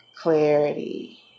clarity